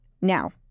Now